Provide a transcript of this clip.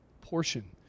portion